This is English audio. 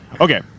Okay